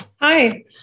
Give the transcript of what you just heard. Hi